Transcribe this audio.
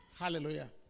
Hallelujah